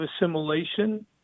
assimilation